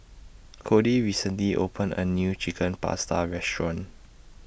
Codi recently opened A New Chicken Pasta Restaurant